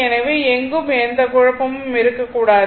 எனவே எங்கும் எந்த குழப்பமும் இருக்கக்கூடாது